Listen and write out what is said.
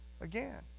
again